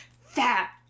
fat